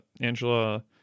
angela